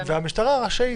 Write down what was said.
"המשטרה רשאית",